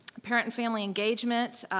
parent and family engagement,